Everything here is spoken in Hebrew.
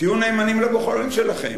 תהיו נאמנים לבוחרים שלכם.